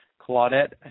Claudette